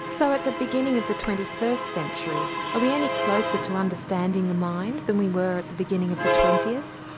so at the beginning of the twenty first century are we any closer to understanding the mind than we were at the beginning of the twentieth?